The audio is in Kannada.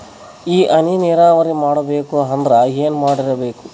ಈ ಹನಿ ನೀರಾವರಿ ಮಾಡಬೇಕು ಅಂದ್ರ ಏನ್ ಮಾಡಿರಬೇಕು?